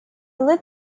lit